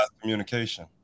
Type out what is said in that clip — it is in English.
communication